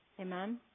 Amen